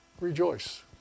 Rejoice